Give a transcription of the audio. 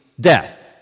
death